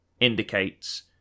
indicates